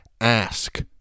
ASK